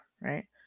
right